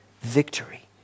victory